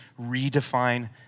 redefine